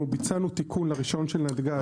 אנחנו ביצענו תיקון לרישיון של נתג"ז.